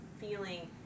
feeling